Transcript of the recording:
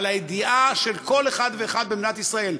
על הידיעה של כל אחד ואחד במדינת ישראל: